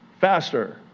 faster